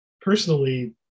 personally